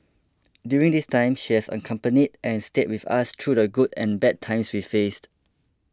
during this time she has accompanied and stayed with us through the good and bad times we faced